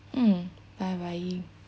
mm bye bye